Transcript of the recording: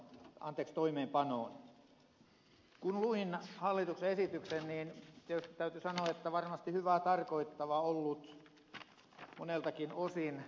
kun luin hallituksen esityksen niin tietysti täytyy sanoa että se on varmasti hyvää tarkoittava ollut moneltakin osin